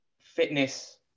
fitness